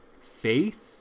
faith